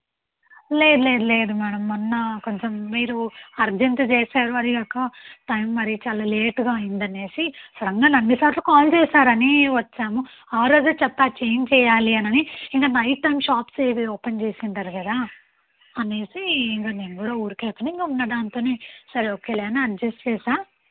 లేదు లేదు లేదు మేడం మొన్న కొంచం మీరు అర్జెంటు చేసారు అదీ గాకా టైం మరి చాలా లేటుగా అయిందనేసీ సడన్గా అన్ని సార్లు కాల్ చేసారని వచ్చాము ఆ రోజే చేప్పా చేంజ్ చేయాలి అనని ఇంక నైట్ టైం షాప్స్ ఏవీ ఓపెన్ చేసుండరు కదా అనేసి ఇంకా నేను కూడా ఉరికేతెలె ఉన్నదానితో సరేలే ఓకేలే అని అడ్జస్ట్ చేసా